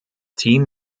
team